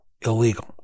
illegal